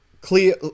clear